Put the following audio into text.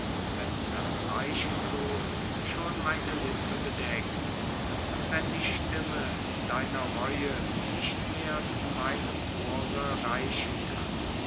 wenn das leichentuch schon meine lippe bedeckt und wenn die stimme deiner reue nicht mehr zu meinem ohre reichen kann